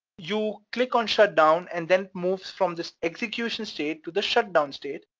you click on shutdown and then move from the execution state to the shut down state,